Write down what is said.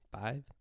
five